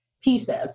pieces